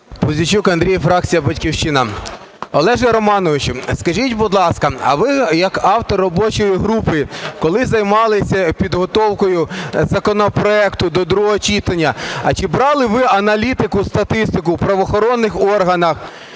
Пузійчук Андрій, фракція "Батьківщина". Олеже Романовичу, скажіть, будь ласка, а ви, як автор робочої групи, коли займалися підготовкою законопроекту до другого читання, а чи брали ви аналітику, статистику у правоохоронних органах